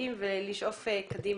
משמעותיים ולשאוף קדימה.